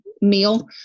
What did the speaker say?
meal